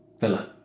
Villa